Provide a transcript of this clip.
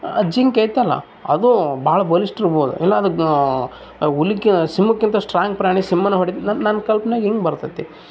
ಜಿಂಕೆ ಇತ್ತಲ್ಲ ಅದೂ ಭಾಳ್ ಬಲಿಷ್ಟ ಇರ್ಬೊದು ಇಲ್ಲ ಅದು ಉಲ್ಕಿ ಸಿಂಹಕ್ಕಿಂತ ಸ್ಟ್ರಾಂಗ್ ಪ್ರಾಣಿ ಸಿಂಹನ ಹೊಡಿ ನನ್ನ ಕಲ್ಪನೇಗ್ ಹಿಂಗೆ ಬರ್ತದೆ